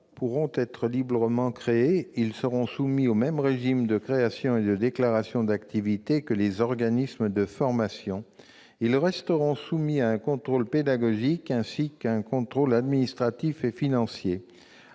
pourront être librement créés, mais ils seront soumis au même régime de création et de déclaration d'activité que les organismes de formation. Ils resteront soumis à un contrôle pédagogique, ainsi qu'à un contrôle administratif et financier.